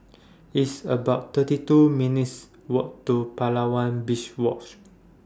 It's about thirty two minutes' Walk to Palawan Beach watch